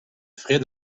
frais